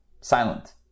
silent